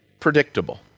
predictable